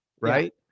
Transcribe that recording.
Right